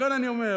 לכן אני אומר,